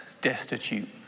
destitute